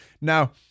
Now